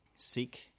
Seek